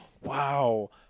wow